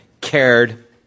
cared